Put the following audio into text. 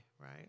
right